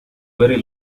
very